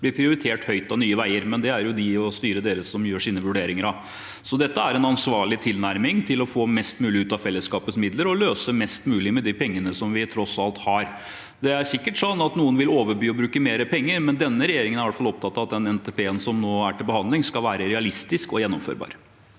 bli prioritert høyt av Nye veier, men det er det de og styret deres som gjør sine vurderinger av. Dette er en ansvarlig tilnærming til å få mest mulig ut av fellesskapets midler og løse mest mulig med de pengene vi tross alt har. Det er sikkert sånn at noen vil overby og bruke mer penger, men denne regjeringen er i hvert fall opptatt av at den NTP-en som nå er til behandling, skal være realistisk og gjennomførbar.